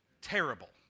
terrible